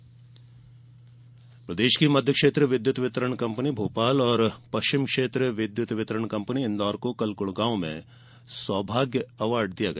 सौभाग्य पुरस्कार प्रदेश की मध्य क्षेत्र विद्युत वितरण कंपनी भोपाल और पश्चिम क्षेत्र विद्युत वितरण कंपनी इंदौर को कल ग्रड़गाँव में सौभाग्य अवार्ड दिया गया